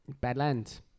Badlands